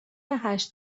هشت